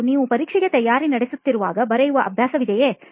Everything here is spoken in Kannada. ಮತ್ತು ನೀವು ಪರೀಕ್ಷೆಗೆ ತಯಾರಿ ನಡೆಸುತ್ತಿರುವಾಗ ಬರೆಯುವ ಅಭ್ಯಾಸವಿದೆಯೇ